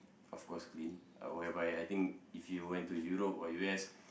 of course clean whereby I think if you went to Europe or U_S